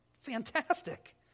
fantastic